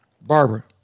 Barbara